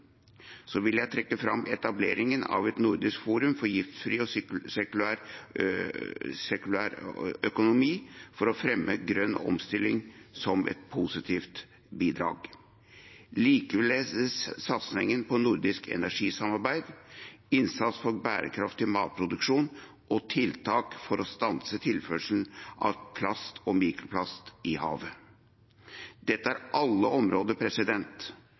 vil jeg trekke fram etableringen av et nordisk forum for giftfri og sirkulær økonomi for å fremme grønn omstilling som et positivt bidrag – likeledes satsingen på nordisk energisamarbeid, innsats for bærekraftig matproduksjon og tiltak for å stanse tilførsel av plast og mikroplast i havet. Dette er alle områder